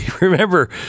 remember